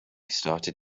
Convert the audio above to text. started